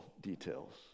details